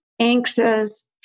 anxious